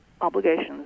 obligations